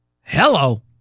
hello